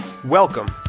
Welcome